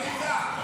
עליזה,